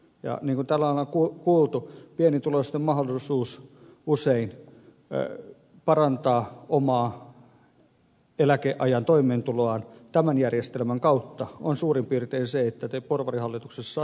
niin kuin täällä on kuultu pienituloisten mahdollisuus usein parantaa omaa eläkeajan toimeentuloaan tämän järjestelmän kautta on suurin piirtein se mitä te porvarihallituksessa sanotte